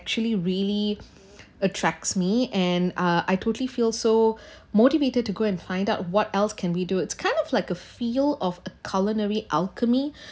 actually really attracts me and uh I totally feel so motivated to go and find out what else can we do it's kind of like a feel of a culinary alchemy